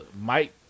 Mike